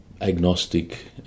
agnostic